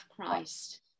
Christ